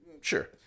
Sure